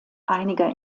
einiger